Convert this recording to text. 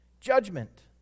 Judgment